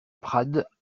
prades